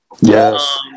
yes